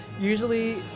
usually